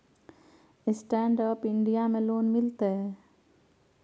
Stand Up India में loan मिलते?